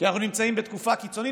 כי אנחנו נמצאים בתקופה קיצונית.